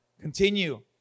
Continue